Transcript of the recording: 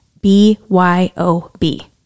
B-Y-O-B